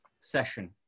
session